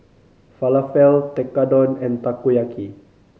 Falafel Tekkadon and Takoyaki